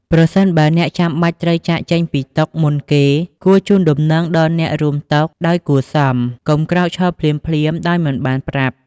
ប្រសិនបើអ្នកចាំបាច់ត្រូវចាកចេញពីតុមុនគេ គួរជូនដំណឹងដល់អ្នករួមតុដោយគួរសម កុំក្រោកឈរភ្លាមៗដោយមិនបានប្រាប់។